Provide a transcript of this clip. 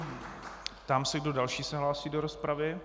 Ptám se, kdo další se hlásí do rozpravy.